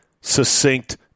succinct